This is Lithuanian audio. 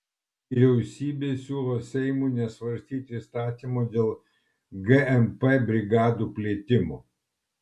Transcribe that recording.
vyriausybė siūlo seimui nesvarstyti įstatymo dėl gmp brigadų plėtimo